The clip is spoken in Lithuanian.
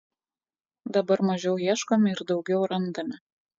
dabar mažiau ieškome ir daugiau randame